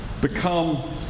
become